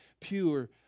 pure